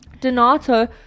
Donato